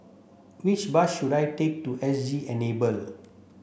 which bus should I take to S G Enable